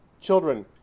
children